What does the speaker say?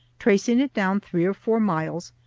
tracing it down three or four miles,